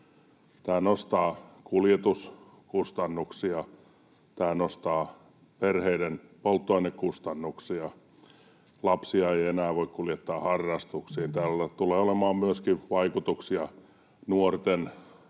Tämä nostaa kuljetuskustannuksia, tämä nostaa perheiden polttoainekustannuksia. Lapsia ei enää voi kuljettaa harrastuksiin — tällä tulee olemaan myöskin vaikutuksia nuorten